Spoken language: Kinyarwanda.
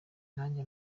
nanjye